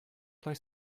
play